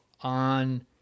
on